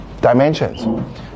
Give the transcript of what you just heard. dimensions